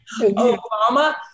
Obama